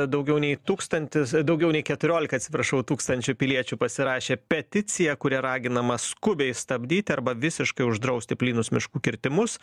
daugiau nei tūkstantis daugiau nei keturiolika atsiprašau tūkstančių piliečių pasirašė peticiją kuria raginama skubiai stabdyti arba visiškai uždrausti plynus miškų kirtimus